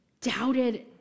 doubted